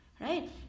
right